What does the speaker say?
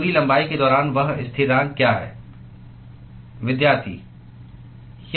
पूरी लंबाई के दौरान वह स्थिरांक क्या है